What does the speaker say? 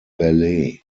ballet